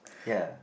ya